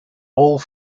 old